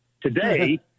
today